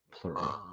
Plural